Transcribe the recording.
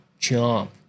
Jump